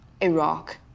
Iraq